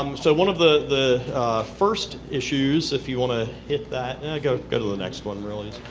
um so one of the the first issues if you want to hit that go go to the next one, really